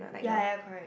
ya ya ya correct